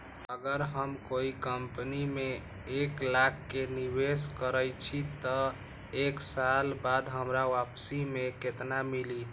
अगर हम कोई कंपनी में एक लाख के निवेस करईछी त एक साल बाद हमरा वापसी में केतना मिली?